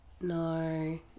No